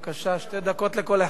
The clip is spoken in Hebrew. שתי דקות לכל אחד.